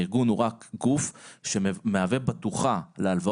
הארגון הוא רק גוף שמהווה בטוחה להלוואות,